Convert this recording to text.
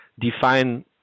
define